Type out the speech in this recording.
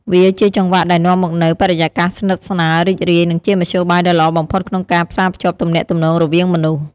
វាជាចង្វាក់ដែលនាំមកនូវបរិយាកាសស្និទ្ធស្នាល រីករាយ និងជាមធ្យោបាយដ៏ល្អបំផុតក្នុងការផ្សារភ្ជាប់ទំនាក់ទំនងរវាងមនុស្ស។